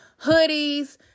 hoodies